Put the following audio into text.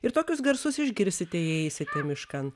ir tokius garsus išgirsite jei eisite miškan